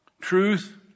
truth